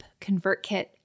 ConvertKit